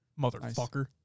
Motherfucker